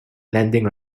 landing